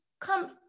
come